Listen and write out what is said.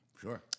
Sure